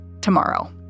tomorrow